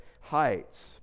heights